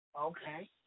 Okay